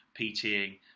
PTing